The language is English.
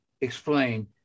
explain